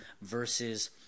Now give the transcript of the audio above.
versus